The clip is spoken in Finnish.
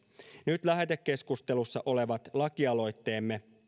nyt lähetekeskustelussa olevat lakialoitteemme